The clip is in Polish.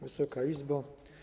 Wysoka Izbo!